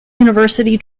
university